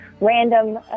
random